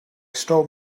stole